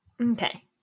Okay